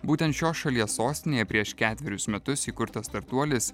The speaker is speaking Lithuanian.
būtent šios šalies sostinėje prieš ketverius metus įkurtas startuolis